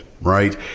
right